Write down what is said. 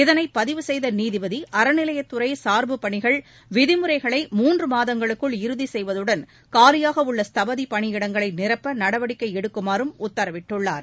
இதனைப் பதிவு செய்த நீதிபதி அறநிலையத்துறை சார்பு பணிகள் விதிமுறைகளை மூன்று மாதங்களுக்குள் இறுதி செய்வதுடன் காலியாக உள்ள ஸ்தபதி பணியிடங்களை நிரப்ப நடவடிக்கை எடுக்குமாறும் உத்தரவிட்டுள்ளார்